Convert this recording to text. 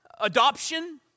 Adoption